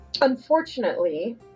unfortunately